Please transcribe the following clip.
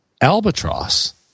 albatross